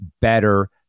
better